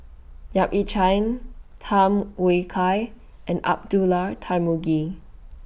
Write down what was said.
Yap Ee Chian Tham Kai and Abdullah Tarmugi